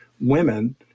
women